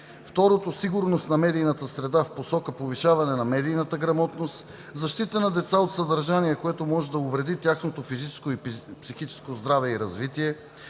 Второ, сигурност на медийната среда в посока повишаване на медийната грамотност; защита на деца от съдържание, което може да увреди тяхното физическо и психическо здраве и развитие;